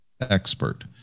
expert